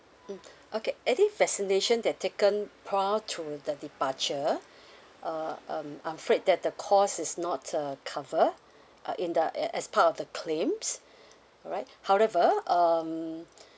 mm okay any vaccination that taken prior to the departure uh um I'm afraid that the cost is not uh cover uh in the a~ as part of the claims alright however um